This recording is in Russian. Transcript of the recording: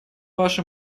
ваше